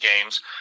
games